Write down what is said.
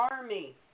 army